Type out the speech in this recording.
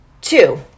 Two